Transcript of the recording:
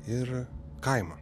ir kaimą